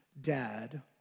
dad